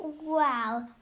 Wow